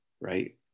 right